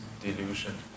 delusion